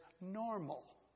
normal